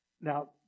Now